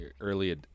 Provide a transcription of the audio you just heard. early